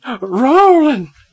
rolling